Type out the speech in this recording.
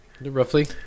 Roughly